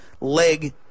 leg